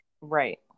Right